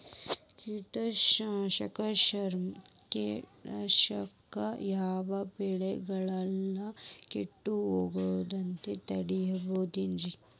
Trichoderma ಕೇಟನಾಶಕ ಯಾವ ಬೆಳಿಗೊಳ ಕೇಟಗೊಳ್ನ ತಡಿತೇತಿರಿ?